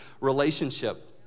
relationship